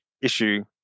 issue